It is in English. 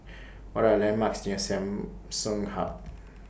What Are The landmarks near Samsung Hub